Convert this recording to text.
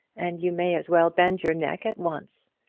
and you may as well bend your neck at once.